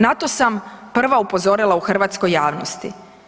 Na to sam prva upozorila u hrvatskoj javnosti.